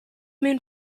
moon